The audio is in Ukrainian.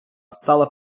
стала